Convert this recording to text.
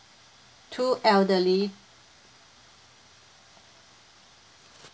two elderly